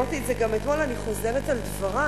אמרתי את זה גם אתמול ואני חוזרת על דברי: